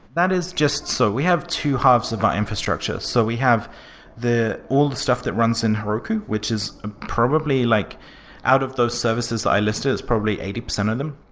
that is just so. we have two halves of our infrastructure. so we have the old stuff that runs in heroku, which is ah probably like out of those services that i listed, it's probably eighty percent of them.